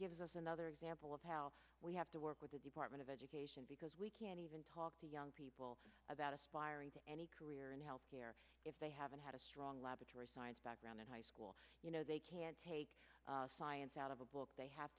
gives us another example of how we have to work with the department of education because we can't even talk to young people about aspiring to any career in health care if they haven't had a strong laboratory science background in high school you know they can take science out of a book they have